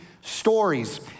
stories